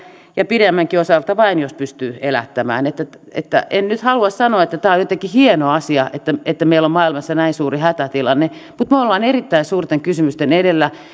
ja pidemmänkin osalta saa vain jos pystyy elättämään en nyt halua sanoa että tämä on jotenkin hieno asia että meillä on maailmassa näin suuri hätätilanne mutta me olemme erittäin suurten kysymysten